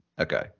Okay